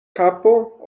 kapo